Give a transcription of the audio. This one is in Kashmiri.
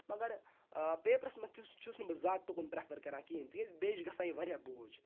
مَگَر پیپرَس مَنٛز چھُس نہٕ بہٕ زیادٕ تُکُن پرٮ۪فَر کَران کِہیٖنۍ تکیازِ بیٚیہِ چھُ گَژھان یہِ واریاہ بوج